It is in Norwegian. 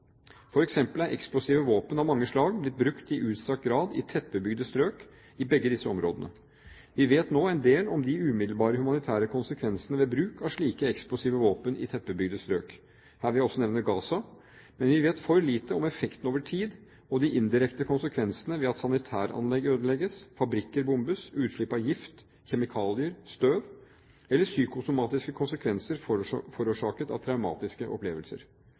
er eksplosive våpen av mange slag blitt brukt i utstrakt grad i tettbebygde strøk i begge disse områdene. Vi vet nå en del om de umiddelbare humanitære konsekvensene ved bruk av slike eksplosive våpen i tettbebygde strøk – her vil jeg også nevne Gaza – men vi vet for lite om effekten over tid og de indirekte konsekvensene ved at sanitæranlegg ødelegges, fabrikker bombes og man får utslipp av gift, kjemikalier og støv, eller de psykosomatiske konsekvenser forårsaket av traumatiske opplevelser,